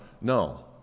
no